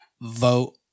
vote